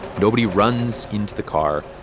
nobody runs into the car.